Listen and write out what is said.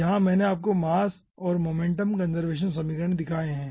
यहाँ मैंने आपको मास और मोमेंटम कंजर्वेशन समीकरण दिखाए है